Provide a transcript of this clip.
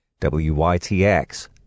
WYTX